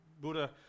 Buddha